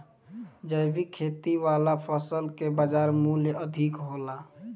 जैविक खेती वाला फसल के बाजार मूल्य अधिक होला